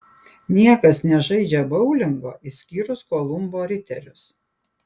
niekas nežaidžia boulingo išskyrus kolumbo riterius